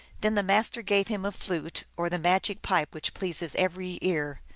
then the master gave him a flute, or the magic pipe, which pleases every ear,